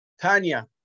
Tanya